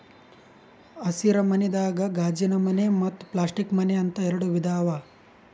ಹಸಿರ ಮನಿದಾಗ ಗಾಜಿನಮನೆ ಮತ್ತ್ ಪ್ಲಾಸ್ಟಿಕ್ ಮನೆ ಅಂತ್ ಎರಡ ವಿಧಾ ಅವಾ